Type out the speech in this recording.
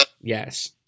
Yes